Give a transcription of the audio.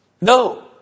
No